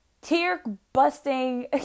tear-busting